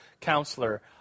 counselor